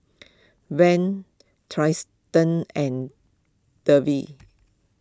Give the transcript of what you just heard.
Vern Triston and Devin